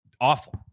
awful